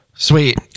Sweet